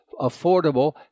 affordable